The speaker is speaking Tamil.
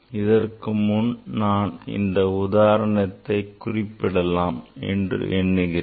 அதற்கு முன் நான் இந்த உதாரணத்தை குறிப்பிடலாம் என்று எண்ணுகிறேன்